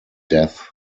death